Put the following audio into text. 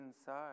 inside